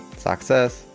success!